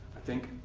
i think.